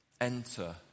enter